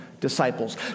disciples